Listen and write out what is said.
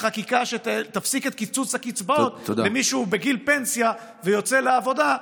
לחקיקה שתפסיק את קיצוץ הקצבאות למישהו בגיל פנסיה ויוצא לעבודה,